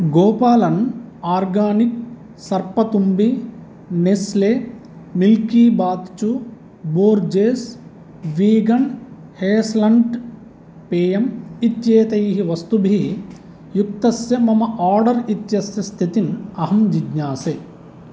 Gopalan organic सर्पतुम्बी Nestle Milkybar चू Borges vegan hazelnut पेयम् इत्येतैः वस्तुभिः युक्तस्य मम आर्डर् इत्यस्य स्थितिम् अहं जिज्ञासे